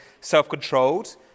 self-controlled